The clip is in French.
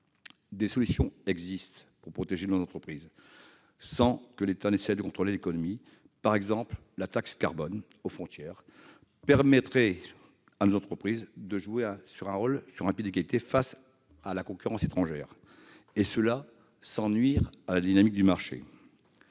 Des solutions existent pour protéger nos entreprises sans que l'État contrôle l'économie. Par exemple, instaurer la taxe carbone aux frontières permettrait à nos entreprises d'être sur un pied d'égalité avec leurs concurrentes étrangères, et ce sans nuire à la dynamique du marché.